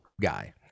guy